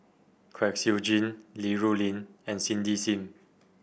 Kwek Siew Jin Li Rulin and Cindy Sim